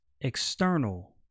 external